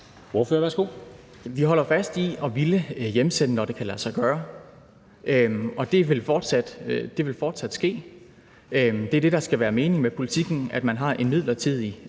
Petersen (S): Vi holder fast i at ville hjemsende, når det kan lade sig gøre, og det vil fortsat ske. Det er det, der skal være meningen med politikken, at man har en midlertidig